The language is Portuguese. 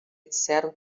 disseram